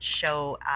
show